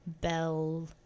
bell